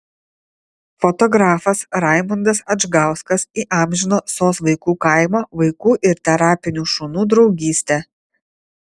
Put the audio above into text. fotografas raimundas adžgauskas įamžino sos vaikų kaimo vaikų ir terapinių šunų draugystę